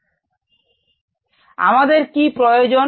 কি প্রয়োজন